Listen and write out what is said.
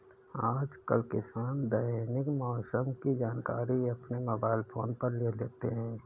आजकल किसान दैनिक मौसम की जानकारी अपने मोबाइल फोन पर ले लेते हैं